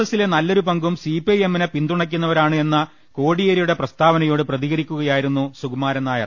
എസിലെ നല്ലൊരു പങ്കും സിപി ഐഎമ്മിനെ പിന്തുണക്കുന്നവരാണ് എന്ന കോടിയേരിയുടെ പ്രസ്താവാനയോട് പ്രതികരിക്കുകയായിരുന്നു സുകുമാരൻനായർ